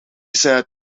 said